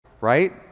right